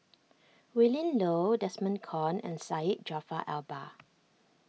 Willin Low Desmond Kon and Syed Jaafar Albar